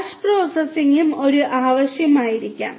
batch പ്രോസസ്സിംഗും ഒരു ആവശ്യമായിരിക്കാം